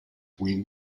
wing